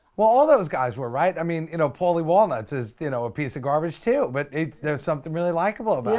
well all those guys were right. i mean you know paulie walnuts is you know a piece of garbage, too? but it's there's something really likable, but